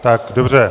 Tak, dobře.